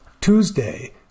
Tuesday